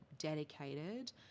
dedicated